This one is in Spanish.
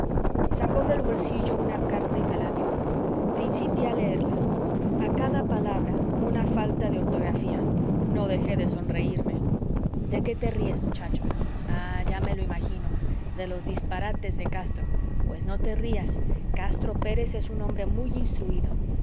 sacó del bolsillo una carta y me la dio principié a leerla a cada palabra una falta de ortografía no dejé de sonreirme de qué te ríes muchacho ah ya me lo imagino de los disparates de castro pues no te rías castro pérez es un hombre muy instruido